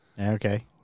Okay